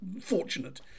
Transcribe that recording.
fortunate